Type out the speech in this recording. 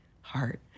heart